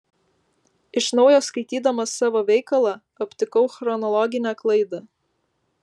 iš naujo skaitydamas savo veikalą aptikau chronologinę klaidą